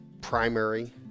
primary